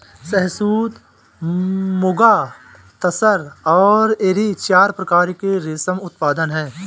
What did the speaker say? शहतूत, मुगा, तसर और एरी चार प्रकार के रेशम उत्पादन हैं